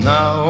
Now